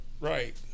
Right